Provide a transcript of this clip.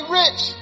rich